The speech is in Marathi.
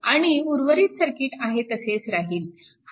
आणि उर्वरित सर्किट आहे तसेच राहील